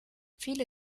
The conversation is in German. viele